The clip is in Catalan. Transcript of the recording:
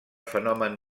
fenomen